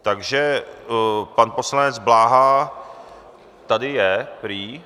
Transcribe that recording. Takže pan poslanec Bláha tady je prý.